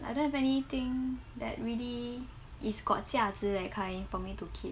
I don't have anything that really is got 价值 that kind for me to keep